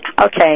okay